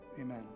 amen